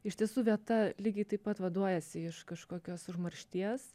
iš tiesų vieta lygiai taip pat vaduojasi iš kažkokios užmaršties